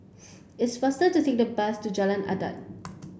it's faster to take the bus to Jalan Adat